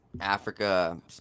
africa